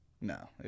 No